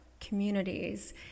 communities